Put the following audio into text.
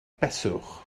beswch